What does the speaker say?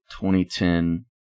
2010